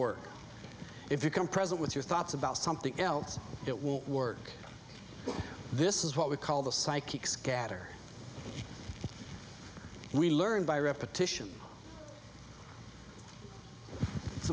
work if you can present with your thoughts about something else it won't work this is what we call the psychic scatter we learn by repetition it's